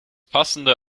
passende